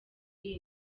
iyi